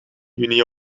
juni